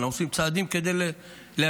אנחנו עושים צעדים כדי להקל.